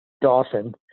Dawson